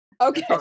Okay